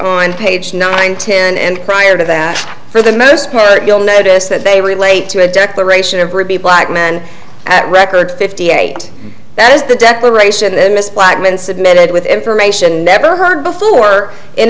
on page nine ten and prior to that for the most part you'll notice that they relate to a declaration of ruby black men at record fifty eight that is the declaration that mr black men submitted with information never heard before in